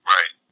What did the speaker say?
Right